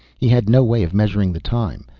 he had no way of measuring the time.